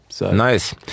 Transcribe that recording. Nice